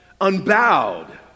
Unbowed